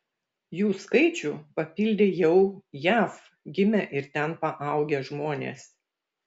jų skaičių papildė jau jav gimę ir ten paaugę žmonės